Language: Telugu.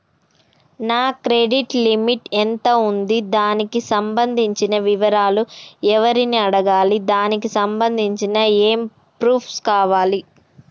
నా క్రెడిట్ లిమిట్ ఎంత ఉంది? దానికి సంబంధించిన వివరాలు ఎవరిని అడగాలి? దానికి సంబంధించిన ఏమేం ప్రూఫ్స్ కావాలి?